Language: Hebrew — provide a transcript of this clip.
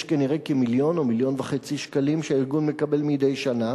יש כנראה כמיליון או מיליון וחצי שקלים שהארגון מקבל מדי שנה,